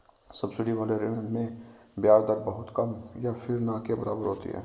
subsidy वाले ऋण में ब्याज दर बहुत कम या फिर ना के बराबर होती है